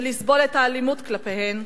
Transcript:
ולסבול את האלימות כלפיהן,